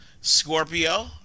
Scorpio